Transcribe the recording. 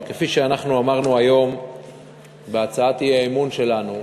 וכפי שאמרנו היום בהצעת האי-אמון שלנו,